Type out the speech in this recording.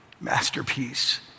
Masterpiece